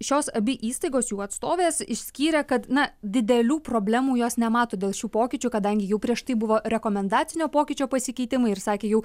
šios abi įstaigos jų atstovės išskyrė kad na didelių problemų jos nemato dėl šių pokyčių kadangi jau prieš tai buvo rekomendacinio pokyčio pasikeitimai ir sakė jau